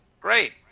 Great